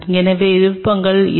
எனவே விருப்பங்கள் இது